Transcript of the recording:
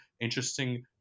interesting